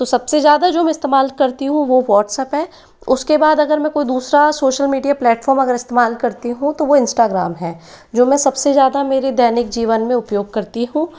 सबसे ज़्यादा जो मैं इस्तेमाल करती हूँ वो व्हाट्सप्प है उसके बाद अगर मैं कोई दूसरा सोशल मीडिया प्लेटफॉर्म अगर इस्तेमाल करती हूँ तो वो इंस्टाग्राम है वो मैं सबसे ज़्यादा मेरे दैनिक जीवन में उपयोग करती हूँ